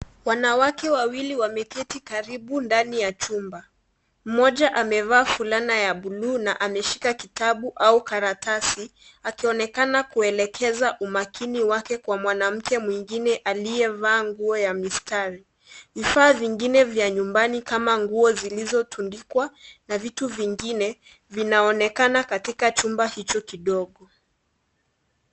Wanawake wawili wameketi karibu ndani ya jumba. Mmoja amevaa fulana ya bluu na ameshika kitabu au karatasi akionekana kuelekeza umakini wake Kwa mwanamke mwingine aliyevaa nguo ya mistari . Vifaa vingine vya nyumbani kama nguo zilizotundikwa na vitu vingine vinaonekana katika jumba hicho kidogo.